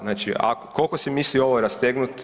Znači, koliko se misli ovo rastegnuti.